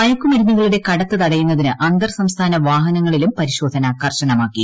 മയക്കുമരുന്നുകളുടെ കടത്ത് തടയുന്നതിന് അന്തർസംസ്ഥാന വാഹനങ്ങളിലും പരിശോധന കർശനമാക്കി